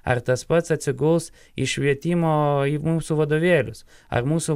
ar tas pats atsiguls į švietimo į mūsų vadovėlius ar mūsų